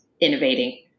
innovating